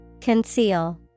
Conceal